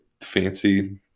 fancy